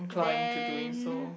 then